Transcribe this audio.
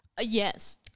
Yes